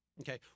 Okay